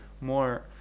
more